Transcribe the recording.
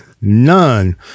none